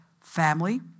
family